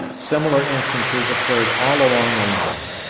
similar instances occurred all along the line.